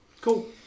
cool